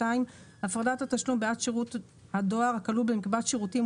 הפרדת התשלום בעד שירות הדואר הכלול במקבץ שירותים,